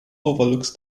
overlooks